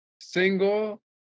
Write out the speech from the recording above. single